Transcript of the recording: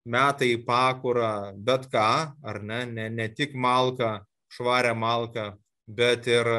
meta į pakurą bet ką ar ne ne ne tik malką švarią malką bet ir